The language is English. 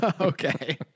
Okay